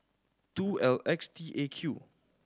two L X T A Q